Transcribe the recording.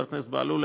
חבר הכנסת בהלול,